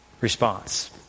response